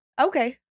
Okay